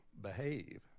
behave